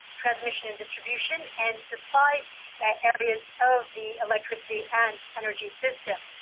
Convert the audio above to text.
transmission and distribution, and supply areas of the electricity and energy system.